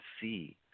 see